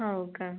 हो का